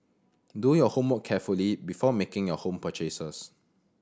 do your homework carefully before making your home purchases